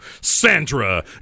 Sandra